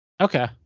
Okay